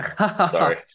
Sorry